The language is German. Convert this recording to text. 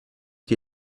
die